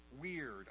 weird